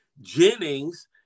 Jennings